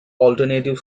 alternative